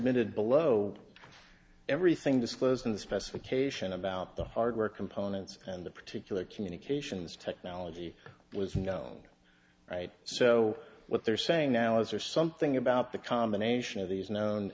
minute below everything disclosed in the specification about the hardware components and the particular communications technology was known right so what they're saying now is there something about the combination of these known